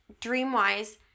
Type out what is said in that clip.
dream-wise